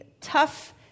tough